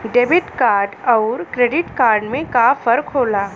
Debit card अउर credit card में का फर्क होला?